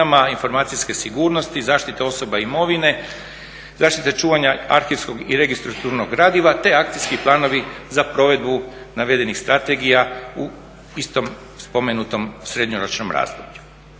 informacijske sigurnosti, zaštite osoba i imovine, zaštite čuvanja arhivskog i registraturnog gradiva te akcijski planovi za provedbu navedenih strategija u istom spomenutom srednjoročnom razdoblju.